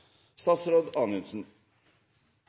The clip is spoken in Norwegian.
statsråd